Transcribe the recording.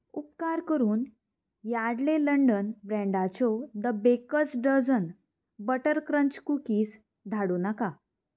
उपकार करून Yardley London ब्रँडाच्यो the Baker's Dozen butter crunch cookies धाडूं नाका